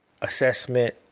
assessment